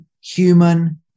human